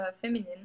feminine